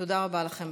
תודה רבה לכם.